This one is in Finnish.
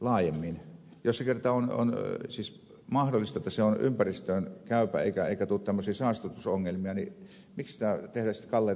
jos se kerran on mahdollista että se on ympäristöön käypä eikä tuo saastutusongelmia niin miksi tehdä sitten kalliita systeemejä